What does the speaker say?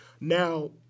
Now